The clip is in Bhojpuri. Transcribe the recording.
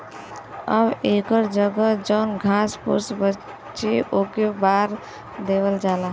अब एकर जगह जौन घास फुस बचे ओके बार देवल जाला